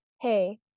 Hey